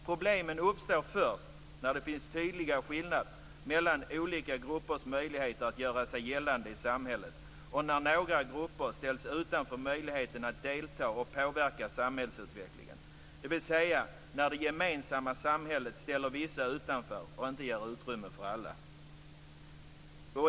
Problemen uppstår först när det finns tydliga skillnader mellan olika gruppers möjligheter att göra sig gällande i samhället och när några grupper ställs utanför möjligheten att delta och påverka samhällsutvecklingen, dvs. när det gemensamma samhället ställer vissa utanför och inte ger utrymme för alla.